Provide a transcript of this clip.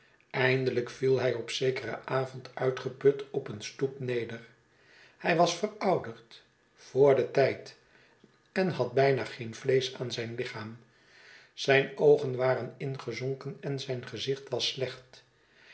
eindelijk viel hy op zekeren avond uitgeput op een stoep neder hij was verouderd voor den tijd en had bijna geen vleesch aan zijn lichaam zijn oogen waren ingezonken en zijn gezicht was slecht